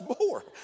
more